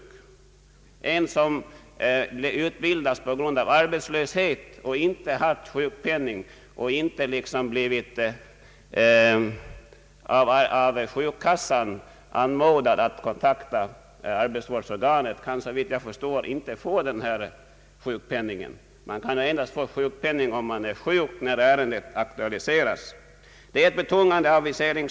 Personer som omskolas på grund av arbetslöshet och inte haft sjukpenning och inte heller av sjukkassan blivit anmodade att kontakta arbetsvårdsorganet kan såvitt jag förstår inte få sjukpenning. Man kan alltså endast få sjukpenning om man är sjuk när det blir aktuellt med denna utbildning.